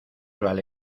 vale